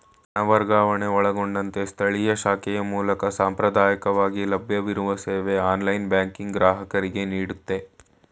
ಹಣ ವರ್ಗಾವಣೆ ಒಳಗೊಂಡಂತೆ ಸ್ಥಳೀಯ ಶಾಖೆಯ ಮೂಲಕ ಸಾಂಪ್ರದಾಯಕವಾಗಿ ಲಭ್ಯವಿರುವ ಸೇವೆ ಆನ್ಲೈನ್ ಬ್ಯಾಂಕಿಂಗ್ ಗ್ರಾಹಕರಿಗೆನೀಡುತ್ತೆ